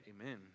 Amen